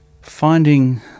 finding